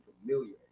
familiar